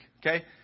okay